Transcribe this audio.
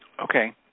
Okay